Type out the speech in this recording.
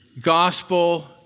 gospel